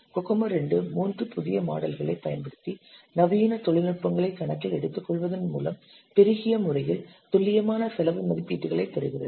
COCOMO 2 மூன்று புதிய மாடல்களை பயன்படுத்தி நவீன தொழில்நுட்பங்களை கணக்கில் எடுத்துக்கொள்வதன் மூலம் பெருகிய முறையில் துல்லியமான செலவு மதிப்பீடுகளை பெறுகிறது